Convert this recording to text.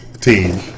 team